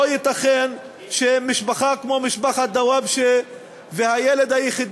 לא ייתכן שמשפחה כמו משפחת דוואבשה והילד היחיד